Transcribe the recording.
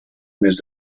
més